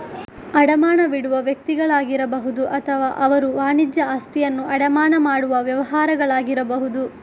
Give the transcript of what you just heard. ಅಡಮಾನವಿಡುವ ವ್ಯಕ್ತಿಗಳಾಗಿರಬಹುದು ಅಥವಾ ಅವರು ವಾಣಿಜ್ಯ ಆಸ್ತಿಯನ್ನು ಅಡಮಾನ ಮಾಡುವ ವ್ಯವಹಾರಗಳಾಗಿರಬಹುದು